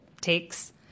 takes